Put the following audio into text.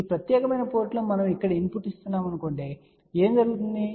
ఈ ప్రత్యేకమైన పోర్టులో మనము ఇక్కడ ఇన్పుట్ ఇస్తున్నామని చెప్పండి కాబట్టి ఏమి జరుగుతుంది